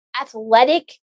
athletic